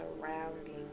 surrounding